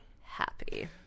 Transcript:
happy